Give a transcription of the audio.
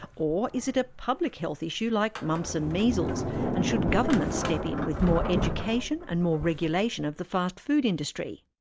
or is it a public health issue like mumps and measles and should governments step in with more education and more regulation of the fast food industry?